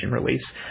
release